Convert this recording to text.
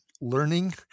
learning